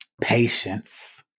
Patience